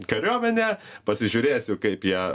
kariuomene pasižiūrėsiu kaip jie